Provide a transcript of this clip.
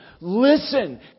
Listen